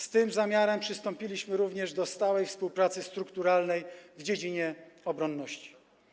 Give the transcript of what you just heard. Z tym zamiarem przystąpiliśmy również do stałej współpracy strukturalnej w dziedzinie obronności.